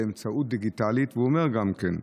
באמצעים דיגיטליים,